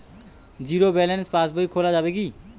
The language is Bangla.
জীরো ব্যালেন্স পাশ বই খোলা যাবে কি?